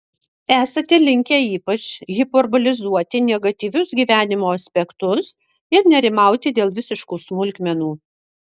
esate linkę ypač hiperbolizuoti negatyvius gyvenimo aspektus ir nerimauti dėl visiškų smulkmenų